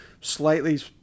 slightly